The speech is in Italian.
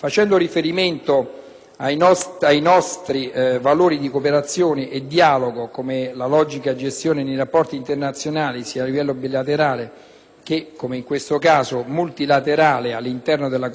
che, come in questo caso, multilaterale all'interno della cornice dell'Unione europea, sosteniamo il rafforzamento della collaborazione politica, economica e commerciale tra Unione europea e Tagikistan